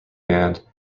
band